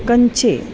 कञ्चे